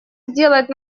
сделать